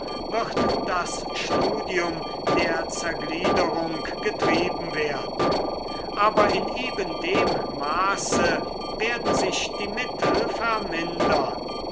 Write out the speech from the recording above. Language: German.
wird das studium der zergliederung getrieben werden aber in eben dem maße werden sich die mittel vermindern